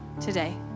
today